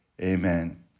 Amen